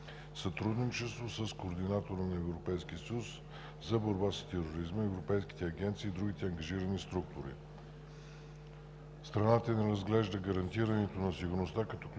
сътрудничество с Координатора на ЕС за борба с тероризма, европейските агенции и други ангажирани структури. Страната ни разглежда гарантирането на сигурността като ключов